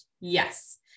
Yes